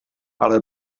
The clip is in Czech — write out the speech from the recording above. ale